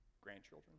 Grandchildren